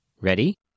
Ready